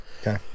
okay